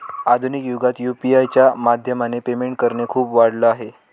आधुनिक युगात यु.पी.आय च्या माध्यमाने पेमेंट करणे खूप वाढल आहे